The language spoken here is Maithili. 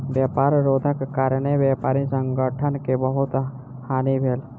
व्यापार रोधक कारणेँ व्यापारी संगठन के बहुत हानि भेल